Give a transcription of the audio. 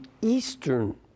eastern